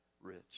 rich